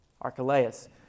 Archelaus